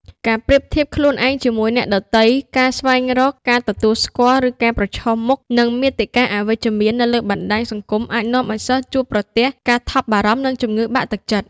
ការប្រៀបធៀបខ្លួនឯងជាមួយអ្នកដទៃ ការស្វែងរកការទទួលស្គាល់ ឬការប្រឈមមុខនឹងមាតិកាអវិជ្ជមាននៅលើបណ្ដាញសង្គមអាចនាំឱ្យសិស្សជួបប្រទះ ការថប់បារម្ភ និង ជំងឺបាក់ទឹកចិត្ត។